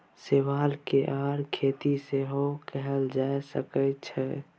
शैवाल केर खेती सेहो कएल जा सकै छै